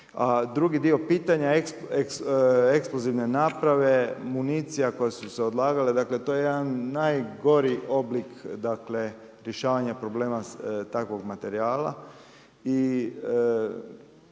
drugi dio pitanja, eksplozivne naprave, municija koje su se odlagale, dakle to je jedan najgori oblik rješavanja problema takvog materijala